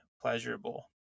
pleasurable